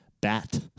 bat